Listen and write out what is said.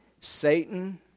Satan